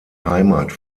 heimat